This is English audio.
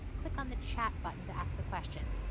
click on the chat button to ask a question.